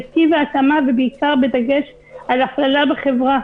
בטיב ההטמעה ובעיקר בדגש על הכללה בחברה.